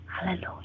hallelujah